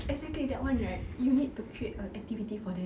exactly that one right you need to create a activity for that